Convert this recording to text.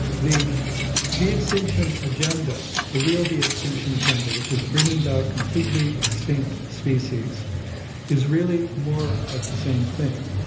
the de-extinction agenda, the real de-extinction agenda, which is bringing back completely extinct species is really more of the same thing,